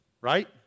right